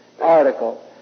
article